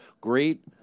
great